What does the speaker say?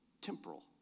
temporal